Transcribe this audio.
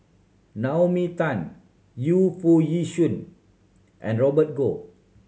Naomi Tan Yu Foo Yee Shoon and Robert Goh